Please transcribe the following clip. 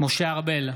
משה ארבל,